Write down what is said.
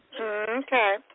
Okay